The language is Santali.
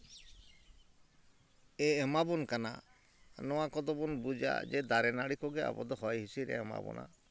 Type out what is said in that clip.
ᱮ ᱮᱢᱟ ᱵᱚᱱ ᱠᱟᱱᱟ ᱱᱚᱣᱟ ᱠᱚᱫᱚ ᱵᱚᱱ ᱵᱩᱡᱟ ᱡᱮ ᱫᱟᱨᱮ ᱱᱟᱹᱲᱤ ᱠᱚᱜᱮ ᱡᱮ ᱟᱵᱚ ᱫᱚ ᱦᱚᱭ ᱦᱤᱸᱥᱤᱫᱼᱮ ᱮᱢᱟᱵᱚᱱᱟ